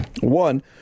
One